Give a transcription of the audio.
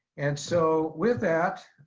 and so with that,